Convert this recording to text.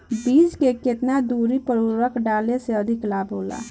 बीज के केतना दूरी पर उर्वरक डाले से अधिक लाभ होला?